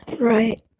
Right